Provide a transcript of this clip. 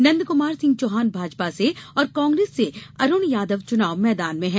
नंदकुमार सिंह चौहान भाजपा से और कांग्रेस से अरुण यादव चुनाव मैदान में हैं